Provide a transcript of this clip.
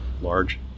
large